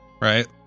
right